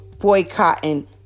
boycotting